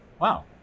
wow